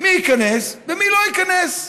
מי ייכנס ומי לא ייכנס.